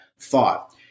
thought